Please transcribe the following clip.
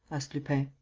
asked lupin.